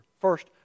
first